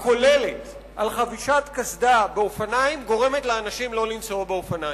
הכוללת על חבישת קסדה באופניים גורמת לאנשים שלא לנסוע באופניים.